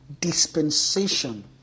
dispensation